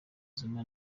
zuma